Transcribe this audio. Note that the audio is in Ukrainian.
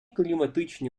кліматичні